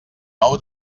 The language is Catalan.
nou